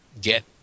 get